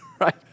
right